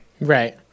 Right